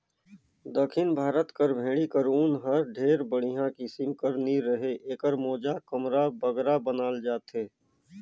दक्खिन भारत कर भेंड़ी कर ऊन हर ढेर बड़िहा किसिम कर नी रहें एकर मोजा, कमरा बगरा बनाल जाथे